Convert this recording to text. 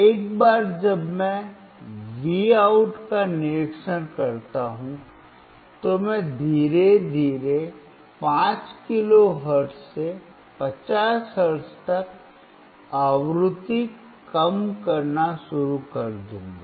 एक बार जब मैं वाउट का निरीक्षण करता हूं तो मैं धीरे धीरे 5 किलोहर्ट्ज़ से 50 हर्ट्ज तक आवृत्ति कम करना शुरू कर दूंगा